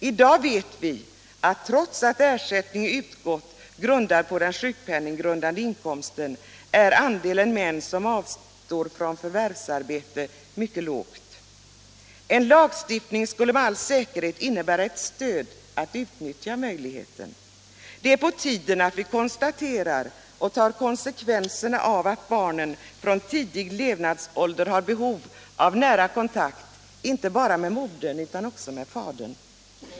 I dag vet vi att trots att ersättning utgått, grundad på den sjukpenninggrundande inkomsten, är andelen män som avstår från förvärvsarbete mycket låg. En lagstiftning skulle med all säkerhet innebära ett stöd att utnyttja möjligheten. Det är på tiden att vi konstaterar och tar konsekvenserna av att barnen från tidig levnadsålder har behov av nära kontakt inte bara med modern utan också med fadern.